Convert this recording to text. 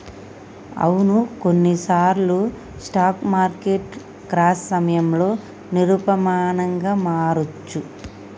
అవును కొన్నిసార్లు స్టాక్ మార్కెట్లు క్రాష్ సమయంలో నిరూపమానంగా మారొచ్చు